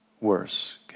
worse